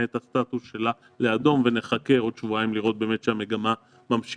את הסטטוס שלה לאדום ונחכה עוד שבועיים לראות באמת שהמגמה ממשיכה.